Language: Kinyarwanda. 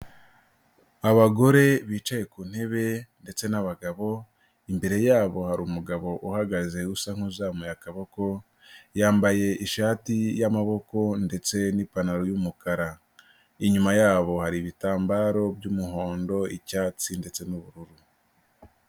Abagore bicaye ku ntebe ndetse n'abagabo, imbere yabo hari umugabo uhagaze usa nk'uzamuye akaboko, yambaye ishati y'amaboko ndetse n'ipantaro y'umukara, inyuma yabo hari ibitambaro by'umuhondo, icyatsi ndetse n'ubururu.